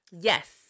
yes